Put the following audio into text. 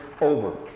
over